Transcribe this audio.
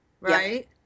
right